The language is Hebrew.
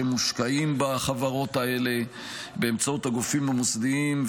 שמושקעים בחברות האלה באמצעות הגופים המוסדיים,